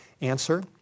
Answer